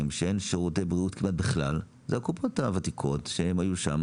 שאין שירותי בריאות בכלל זה הקופות הוותיקות שהיו שם